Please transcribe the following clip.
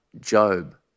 Job